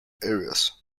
areas